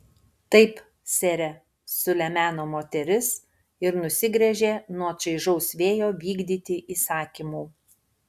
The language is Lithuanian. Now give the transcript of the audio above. taip sere sulemeno moteris ir nusigręžė nuo čaižaus vėjo vykdyti įsakymų